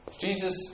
Jesus